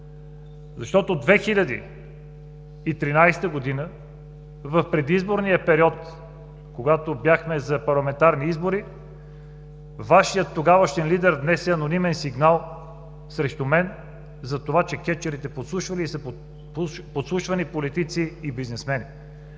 Защото през 2013 г. в предизборния период, когато бяхме за парламентарни избори, Вашият тогавашен лидер внесе анонимен сигнал срещу мен за това, че „кетчърите“ подслушвали и са подслушвани политици и бизнесмени.